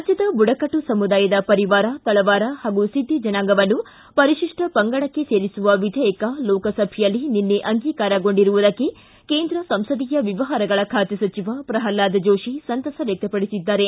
ರಾಜ್ಯದ ಬುಡಕಟ್ಲು ಸಮುದಾಯದ ಪರಿವಾರ ತಳವಾರ ಹಾಗೂ ಸಿದ್ದಿ ಜನಾಂಗವನ್ನು ಪರಿಶಿಷ್ಟ ಪಂಗಡಕ್ಕೆ ಸೇರಿಸುವ ವಿಧೇಯಕ ಲೋಕಸಭೆಯಲ್ಲಿ ನಿನ್ನೆ ಅಂಗೀಕಾರಗೊಂಡಿರುವುದಕ್ಕೆ ಕೇಂದ್ರ ಸಂಸದೀಯ ವ್ಯವಹಾರಗಳ ಖಾತೆ ಸಚಿವ ಪ್ರಲ್ನಾದ್ ಜೋಶಿ ಸಂತಸ ವ್ಯಕ್ತಪಡಿಸಿದ್ದಾರೆ